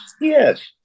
Yes